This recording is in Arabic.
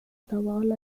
طوال